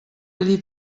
allí